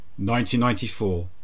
1994